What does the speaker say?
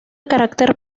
carácter